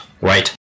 right